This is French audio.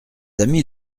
amis